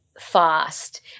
fast